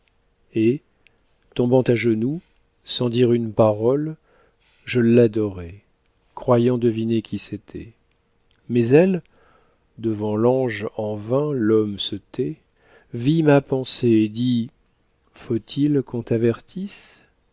et tombant à genoux sans dire une parole je l'adorai croyant deviner qui c'était mais elle devant l'ange en vain l'homme se tait vit ma pensée et dit faut-il qu'on t'avertisse